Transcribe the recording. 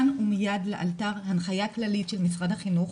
כאן ומיד לאלתר הנחיה כללית של משרד החינוך,